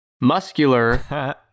muscular